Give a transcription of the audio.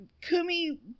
Kumi